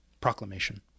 proclamation